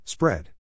Spread